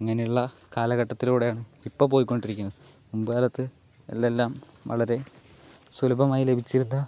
ഇങ്ങനെയുള്ള കാലഘട്ടത്തിലൂടെയാണ് ഇപ്പോൾ പോയിക്കൊണ്ടിരിക്കുന്നത് മുമ്പ് കാലത്ത് എല്ലാം വളരെ സുലഭമായി ലഭിച്ചിരുന്ന